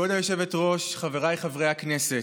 כבוד היושבת-ראש, חבריי חברי הכנסת,